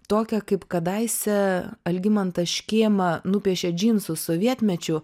tokią kaip kadaise algimantas škėma nupiešė džinsus sovietmečiu